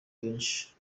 benshi